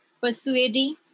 persuading